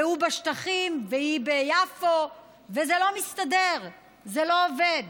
והוא בשטחים והיא ביפו, וזה לא מסתדר, זה לא עובד